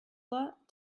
lot